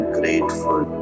grateful